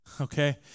okay